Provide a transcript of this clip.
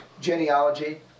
genealogy